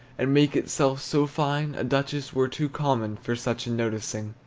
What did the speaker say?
and make itself so fine, a duchess were too common for such a noticing.